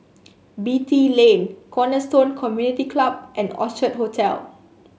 Beatty Lane Cornerstone Community Club and Orchard Hotel